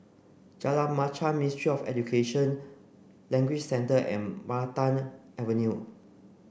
Jalan Machang Ministry of Education Language Centre and Maranta Avenue